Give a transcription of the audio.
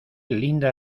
linda